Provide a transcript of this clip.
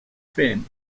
fame